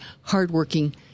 hardworking